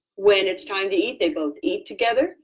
when it's time to eat they both eat together,